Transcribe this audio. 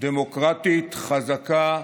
דמוקרטית, חזקה,